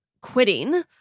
quitting